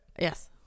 Yes